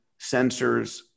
sensors